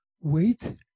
Wait